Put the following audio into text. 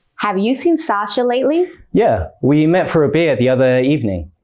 have you seen sasha lately? yeah, we met for a beer the other evening.